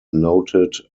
noted